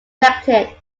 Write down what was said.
elected